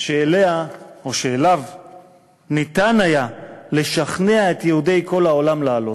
שאליו היה אפשר לשכנע את יהודי כל העולם לעלות.